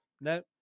no